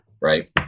right